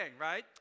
right